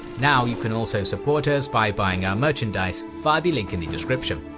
now, you can also support us by buying our merchandise via the link in the description.